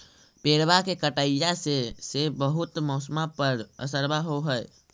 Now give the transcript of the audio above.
पेड़बा के कटईया से से बहुते मौसमा पर असरबा हो है?